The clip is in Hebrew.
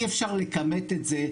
אי אפשר לכמת את זה.